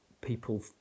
people